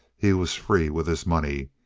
he was free with his money.